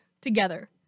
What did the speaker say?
together